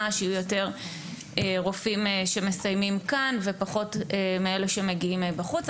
כך שיהיו יותר רופאים שמסיימים כאן ופחות מאלה שמגיעים מבחוץ.